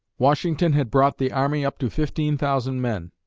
washington had brought the army up to fifteen thousand men,